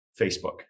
Facebook